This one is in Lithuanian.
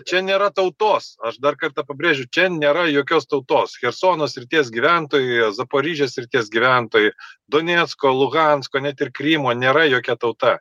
čia nėra tautos aš dar kartą pabrėžiu čia nėra jokios tautos chersono srities gyventojai zaporižės srities gyventojai donecko luhansko net ir krymo nėra jokia tauta